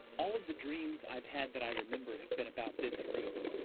all of the dreams i've had that i remember have been about this room.